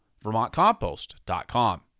VermontCompost.com